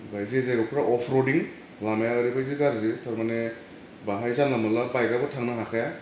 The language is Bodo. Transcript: आमफ्राय जे जागाफ्राव अप रडिं लामाया ओरैबादि गाज्रि थारमानि बाहाय जानला मोनला बाइकयाबो थांनो हाखाया